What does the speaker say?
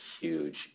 huge